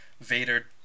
Vader